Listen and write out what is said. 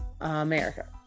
America